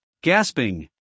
gasping